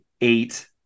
eight